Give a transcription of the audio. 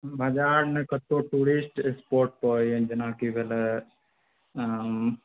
बाजारमे कतहु टूरिस्ट स्पॉटपर एँ जेनाकि भेलय ऐँ